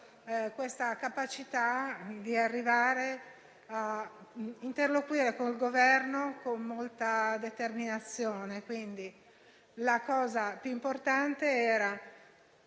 però consentito di arrivare a interloquire con il Governo con molta determinazione. La cosa più importante era